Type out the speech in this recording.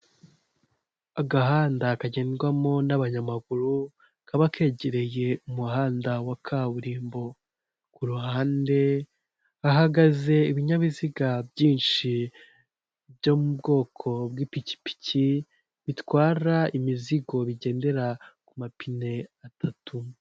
Agahanda kagendwamo n'abanyamaguru, kaba kegereye umuhanda wa kaburimbo. ku ruhande hahagaze ibinyabiziga byinshi byo mu bwoko bw'ipikipiki, bitwara imizigo, bigendera ku mapine atatu.